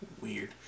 weird